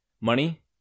Money